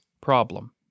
problem